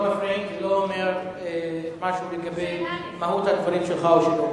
לא מפריעים ולא אומרים משהו לגבי מהות הדברים שלך או שלו.